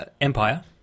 Empire